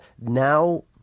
now